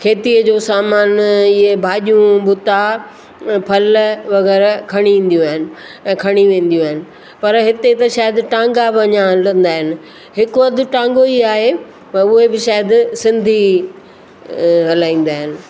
खेतीअ जो सामानु इहे भाॼियूं बूटा फल वग़ैरह खणी ईंदियूं आहिनि ऐं खणी वेंदियूं आहिनि पर हिते त शायदि टांॻा बि अञा हलंदा आहिनि हिकु हंधु टांॻो ई आहे त उहे बि शायदि सिंधी हलाईंदा आहिनि